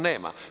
Nema.